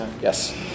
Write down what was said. Yes